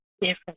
different